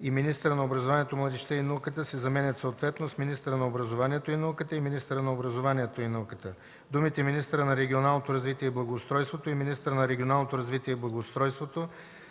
и „министъра на образованието, младежта и науката” се заменят съответно с „министърът на образованието и науката” и „министъра на образованието и науката”, думите „министърът на регионалното развитие и благоустройството” и „министъра на регионалното развитие и благоустройството”